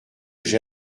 j’ai